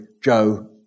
Joe